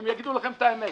הם יגידו לכם את האמת